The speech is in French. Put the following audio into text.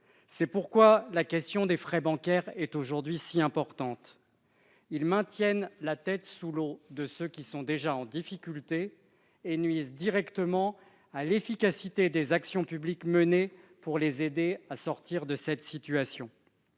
C'est pourquoi la question des frais bancaires est si importante aujourd'hui. Ces frais maintiennent la tête sous l'eau de ceux qui sont déjà en difficulté et nuisent directement à l'efficacité des actions publiques menées pour les aider à sortir de cette situation.